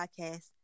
podcast